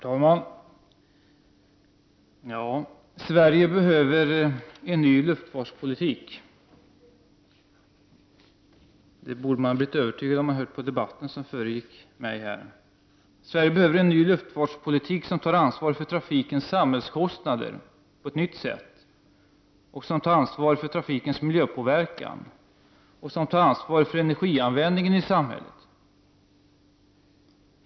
Herr talman! Sverige behöver en ny luftfartspolitik, det borde man ha blivit övertygad om genom att lyssna till debatten som föregick mitt anförande. Sverige behöver en ny luftfartspolitik som tar ansvar för trafikens samhällskostnader på ett nytt sätt, som tar ansvar för trafikens miljöpåverkan och som tar ansvar för energianvändningen i samhället.